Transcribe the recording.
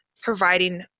providing